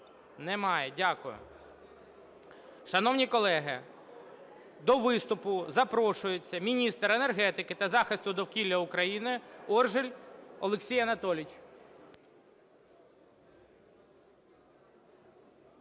Немає. Дякую. Шановні колеги, до виступу запрошується міністр енергетики та захисту довкілля України Оржель Олексій Анатолійович.